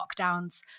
lockdowns